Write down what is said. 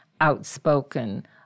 outspoken